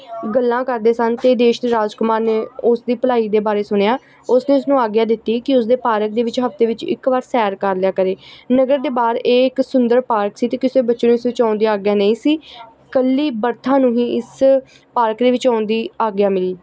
ਗੱਲਾਂ ਕਰਦੇ ਸਨ ਅਤੇ ਦੇਸ਼ ਦੇ ਰਾਜਕੁਮਾਰ ਨੇ ਉਸ ਦੀ ਭਲਾਈ ਦੇ ਬਾਰੇ ਸੁਣਿਆ ਉਸਨੇ ਉਸਨੂੰ ਆਗਿਆ ਦਿੱਤੀ ਕਿ ਉਸਦੇ ਪਾਰਕ ਦੇ ਵਿੱਚ ਹਫ਼ਤੇ ਵਿੱਚ ਇੱਕ ਵਾਰ ਸੈਰ ਕਰ ਲਿਆ ਕਰੇ ਨਗਰ ਦੇ ਬਾਹਰ ਇਹ ਇੱਕ ਸੁੰਦਰ ਪਾਰਕ ਸੀ ਅਤੇ ਕਿਸੇ ਬੱਚੇ ਨੂੰ ਇਸ ਵਿੱਚ ਆਉਣ ਦੀ ਆਗਿਆ ਨਹੀਂ ਸੀ ਇਕੱਲੀ ਬਰਥਾ ਨੂੰ ਹੀ ਇਸ ਪਾਰਕ ਦੇ ਵਿੱਚ ਆਉਣ ਦੀ ਆਗਿਆ ਮਿਲੀ